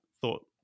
thought